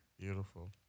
Beautiful